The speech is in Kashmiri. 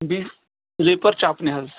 بیٚیہِ سِلیٖپَر چَپنہِ حظ